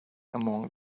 among